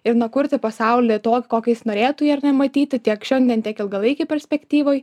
ir na kurti pasaulį tokį kokį jis norėtų jį ar ne matyti tiek šiandien tiek ilgalaikėj perspektyvoj